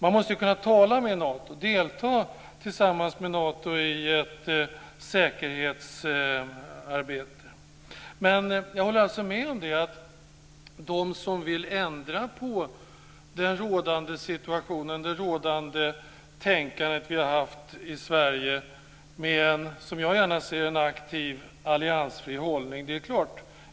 Man måste ju kunna tala med Nato och delta tillsammans med Nato i ett säkerhetsarbete. Vi har haft en aktiv alliansfri hållning i Sverige.